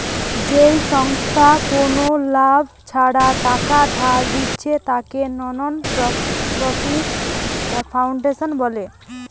যেই সংস্থা কুনো লাভ ছাড়া টাকা ধার দিচ্ছে তাকে নন প্রফিট ফাউন্ডেশন বলে